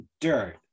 dirt